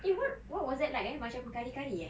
eh what what was that like curry curry eh